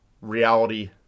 reality